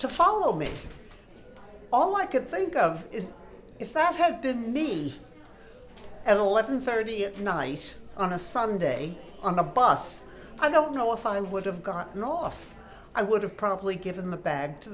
to follow me all i could think of is in fact have been me at eleven thirty at night on a sunday on the bus i don't know if i would have gotten off i would have probably given the b